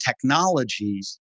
technologies